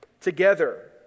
together